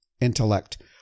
intellect